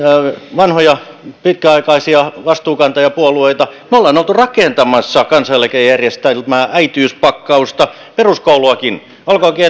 vanhoja pitkäaikaisia vastuunkantajapuolueita ovat olleet rakentamassa kansaneläkejärjestelmää äitiyspakkausta peruskouluakin olkoonkin